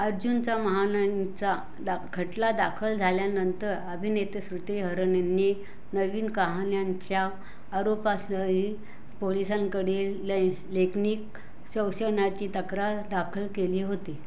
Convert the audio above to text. अर्जुनचा महानंदचा दा खटला दाखल झाल्यानंतर अभिनेते श्रृती हसन यांनी नवीन कहाण्यांच्या आरोपासही पोलिसांकडे लैं लेकनिक शोषणाची तक्रार दाखल केली होती